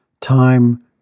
time